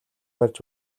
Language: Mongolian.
барьж